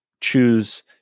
choose